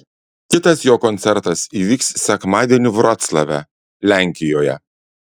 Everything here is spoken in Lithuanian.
kitas jo koncertas įvyks sekmadienį vroclave lenkijoje